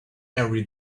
every